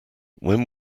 when